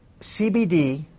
CBD